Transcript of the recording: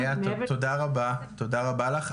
תודה רבה לך.